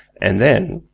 and then,